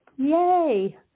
Yay